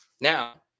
Now